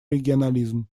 регионализм